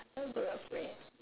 what group of friend